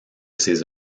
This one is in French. ses